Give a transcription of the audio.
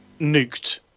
Nuked